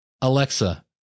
Alexa